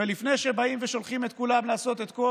ולפני שבאים ושולחים את כולם לעשות את כל